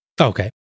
Okay